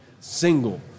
Single